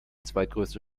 zweitgrößte